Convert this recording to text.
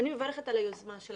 אני מברכת על היוזמה של